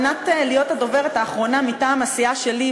כדוברת האחרונה מטעם הסיעה שלי,